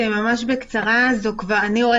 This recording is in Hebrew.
האם בסיטואציה הזו זה מצדיק המשך של ההבחנה עם